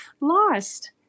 lost